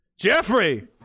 Jeffrey